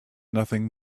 nothing